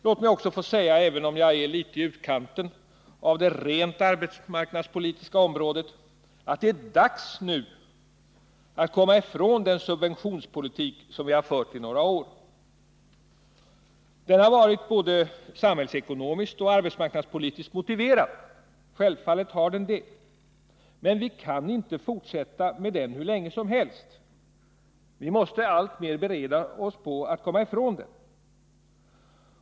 Låt mig också få säga, även om jag är litet i utkanten av det rent arbetsmarknadspolitiska området, att det är dags nu att komma ifrån den subventionspolitik vi har fört i några år. Den har varit både samhällsekonomiskt och arbetsmarknadspolitiskt motiverad. Självfallet har den det. Men vi kan inte fortsätta med den hur länge som helst. Vi måste alltmer bereda oss på att komma ifrån den.